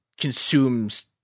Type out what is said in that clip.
consumes